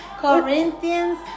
Corinthians